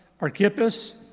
archippus